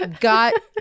got